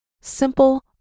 simple